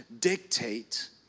dictate